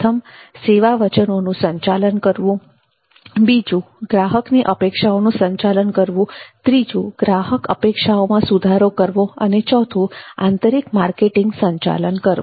પ્રથમ સેવા વચનોનું સંચાલન કરવુ બીજુ ગ્રાહક ની અપેક્ષાઓનું સંચાલન કરવું ત્રીજુ ગ્રાહક અપેક્ષાઓમાં સુધારો કરવો અને ચોથુ આંતરિક માર્કેટીંગ સંચાલન કરવુ